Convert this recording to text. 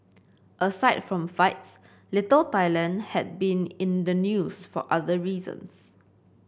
aside from fights Little Thailand had been in the news for other reasons